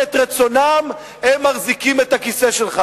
את רצונם הם מחזיקים את הכיסא שלך.